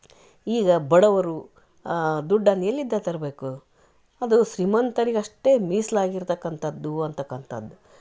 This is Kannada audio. ಈಗ ಬಡವರು ದುಡ್ಡನ್ನ ಎಲ್ಲಿಂದ ತರಬೇಕು ಅದು ಶ್ರೀಮಂತರಿಗಷ್ಟೇ ಮೀಸ್ಲಾಗಿರ್ತಕ್ಕಂಥದ್ದು ಅಂತಕ್ಕಂಥದ್ದು